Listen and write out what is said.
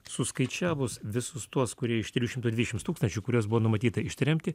suskaičiavus visus tuos kurie iš trijų šimtų dvidešims tūkstančių kuriuos buvo numatyta ištremti